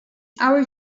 our